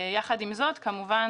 יחד עם זאת כמובן